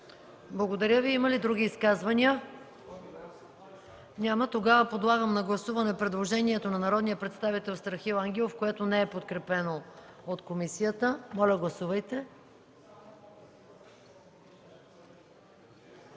Благодаря Ви. Има ли други изказвания? Няма. Тогава подлагам на гласуване предложението на народния представител Страхил Ангелов, което не е подкрепено от комисията. Гласували